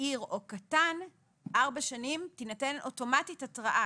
זעיר או קטן, 4 שנים תינתן אוטומטית התראה.